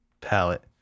palette